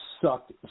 sucked